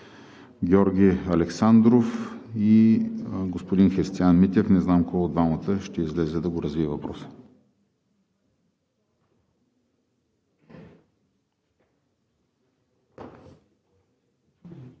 Георги Александров и господин Христиан Митев. Не зная кой от двамата ще излезе да развие въпроса.